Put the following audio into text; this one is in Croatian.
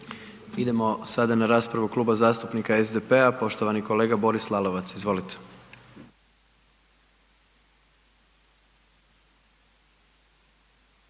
Idemo sada na raspravu Kluba zastupnika SDP-a, poštovani kolega Boris Lalovac, izvolite.